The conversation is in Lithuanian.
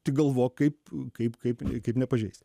tik galvok kaip kaip kaip kaip nepažeist